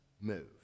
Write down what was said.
move